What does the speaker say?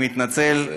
אני מתנצל,